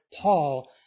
Paul